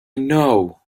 know